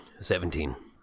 Seventeen